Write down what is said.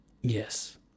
Yes